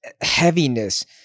heaviness